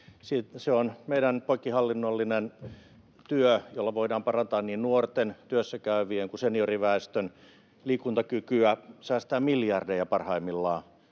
Se on meidän poikkihallinnollinen työ, jolla voidaan parantaa niin nuorten, työssäkäyvien kuin senioriväestön liikuntakykyä, säästää parhaimmillaan